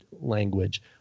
language